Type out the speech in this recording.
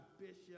bishop